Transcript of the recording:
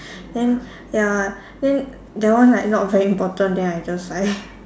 then ya then that one like not very important then I just like